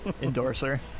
endorser